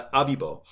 abibo